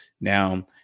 Now